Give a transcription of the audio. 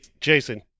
Jason